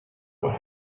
what